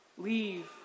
leave